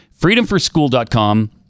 Freedomforschool.com